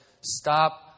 stop